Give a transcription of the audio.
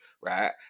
right